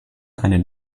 eine